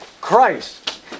Christ